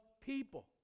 people